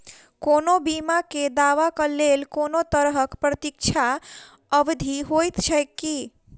कोनो बीमा केँ दावाक लेल कोनों तरहक प्रतीक्षा अवधि होइत छैक की?